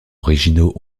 originaux